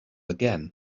again